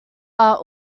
are